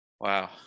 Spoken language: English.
Wow